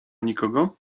nikogo